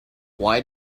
why